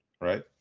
Right